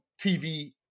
TV